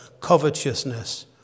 covetousness